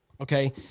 okay